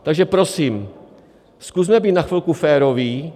Takže prosím, zkusme být na chvilku féroví.